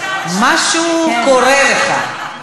משהו קורה לך.